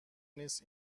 نیست